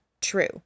true